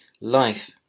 life